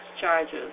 charges